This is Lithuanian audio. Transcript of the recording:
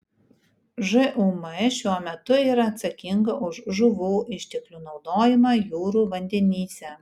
žūm šiuo metu yra atsakinga už žuvų išteklių naudojimą jūrų vandenyse